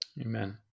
Amen